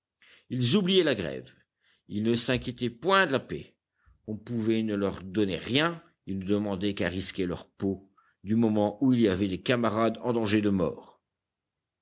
ils oubliaient la grève ils ne s'inquiétaient point de la paie on pouvait ne leur donner rien ils ne demandaient qu'à risquer leur peau du moment où il y avait des camarades en danger de mort